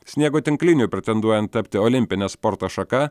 sniego tinkliniui pretenduojant tapti olimpine sporto šaka